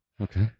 Okay